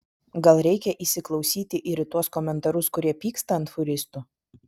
gal reikia įsiklausyti ir į tuos komentarus kurie pyksta ant fūristų